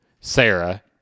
Sarah